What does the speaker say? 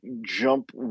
jump